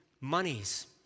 monies